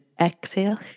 exhale